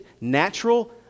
natural